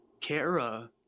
Kara